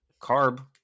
carb